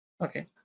Okay